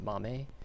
mame